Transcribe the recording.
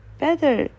better